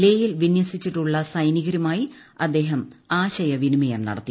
ലേ യിൽ വിനൃസിച്ചിട്ടുള്ള സൈനികരുമായി അദ്ദേഹം ആശയ വിന്ദിമയം നടത്തി